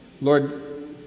lord